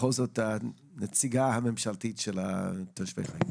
בכל זאת, הנציגה הממשלתית של תושבי העיר.